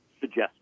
suggestion